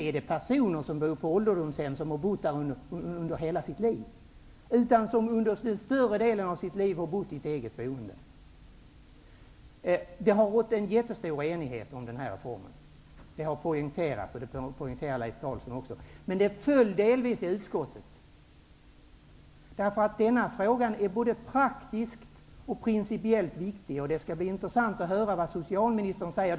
Men de personer som bor på ålderdomshemmen har inte bott där under hela sitt liv. Under större delen av sitt liv har de bott i eget boende. Det har rått en mycket stor enighet om denna reform. Det har tidigare poänterats, och det framhåller också Leif Carlson. Men den föll delvis i utskottet. Denna fråga är både praktiskt och principiellt viktig. Det skall bli intressant att höra vad socialministern säger.